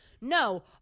no –